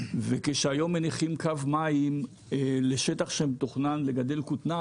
וכשהיום מניחים קו מים לשטח שמתוכנן לגדל כותנה,